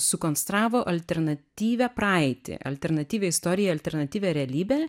sukonstravo alternatyvią praeitį alternatyvią istoriją alternatyvią realybę